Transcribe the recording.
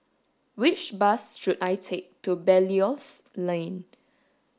which bus should I take to Belilios Lane